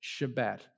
Shabbat